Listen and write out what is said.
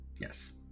Yes